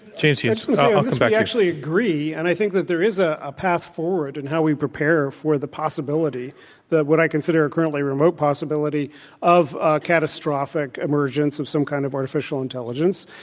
james hughes on this but we actually agree. and i think that there is ah a path forward in and how we prepare for the possibility that what i consider a currently remote possibility of ah catastrophic emergence of some kind of artificial intelligence.